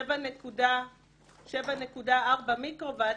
7.4 מיקרוואט.